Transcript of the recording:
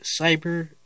cyber